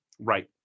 Right